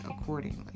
accordingly